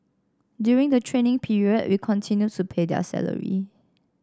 during the training period we continue to pay their salary